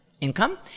income